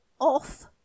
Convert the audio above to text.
Off